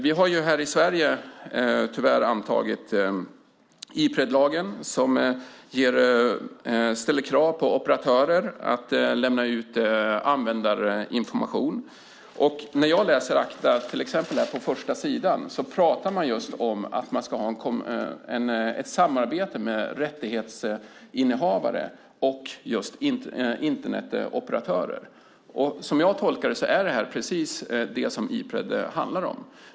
Vi har ju här i Sverige tyvärr antagit Ipredlagen, som ställer krav på operatörer att lämna ut användarinformation. På första sidan av ACTA talar man om att man ska ha ett samarbete med rättighetshavare och just Internetoperatörer. Som jag tolkar det är detta precis vad Ipred handlar om.